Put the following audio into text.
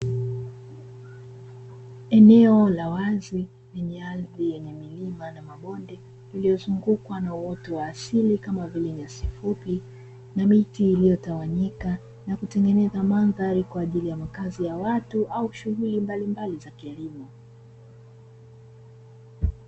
Eneo la wazi lenye ardhi yenye milima na mabonde, iliyozungukwa na uoto wa asili kama vile nyasi fupi na miti iliyotawanyika na kutengeneza mandhari kwa ajili ya makazi ya watu au shughuli mbalimbali za kilimo.